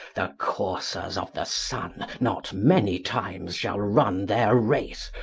the coursers of the sun not many times shall run their race,